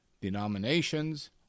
denominations